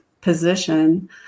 position